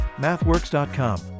Mathworks.com